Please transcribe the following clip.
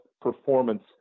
performance